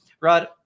Rod